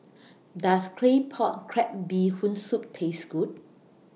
Does Claypot Crab Bee Hoon Soup Taste Good